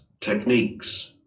techniques